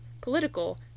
political